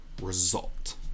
result